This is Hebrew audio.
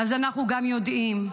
אז אנחנו גם יודעים.